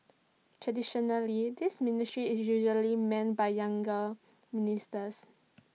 traditionally this ministry is usually manned by younger ministers